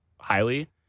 highly